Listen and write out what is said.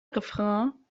refrain